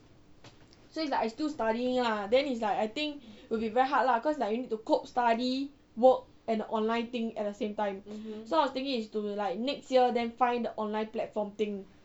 so it's like I still studying lah then it's like I think will be very hard lah cause like you need to cope study work and online thing at the same time so I was thinking is to like next year then find the online platform thing